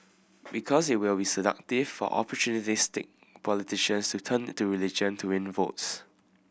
because it will be seductive for opportunistic politicians to turn to religion to win votes